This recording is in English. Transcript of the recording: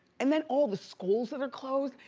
and then all the schools that are closed.